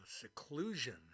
seclusion